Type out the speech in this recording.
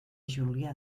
julià